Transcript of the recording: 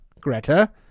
Greta